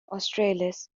australis